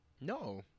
No